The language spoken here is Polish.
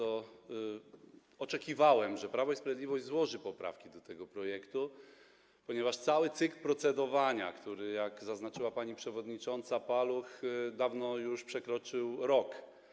Oczekiwałem, że Prawo i Sprawiedliwość złoży poprawki do tego projektu, ponieważ cały cykl procedowania, jak zaznaczyła pani przewodnicząca Paluch, dawno już przekroczył rok.